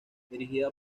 dirigida